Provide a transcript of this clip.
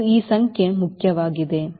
ಇದು ಈ ಸಂಖ್ಯೆಗೆ ಮುಖ್ಯವಾಗಿದೆ